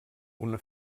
una